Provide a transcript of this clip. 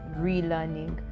relearning